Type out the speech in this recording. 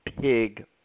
pig